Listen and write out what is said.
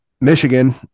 Michigan